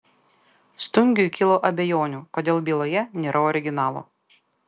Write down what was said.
stungiui kilo abejonių kodėl byloje nėra originalo